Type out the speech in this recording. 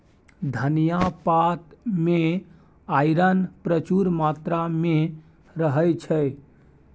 धनियाँ पात मे आइरन प्रचुर मात्रा मे रहय छै